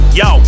yo